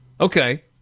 Okay